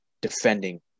defending